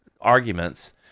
arguments